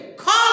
Call